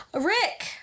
rick